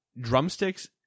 Drumsticks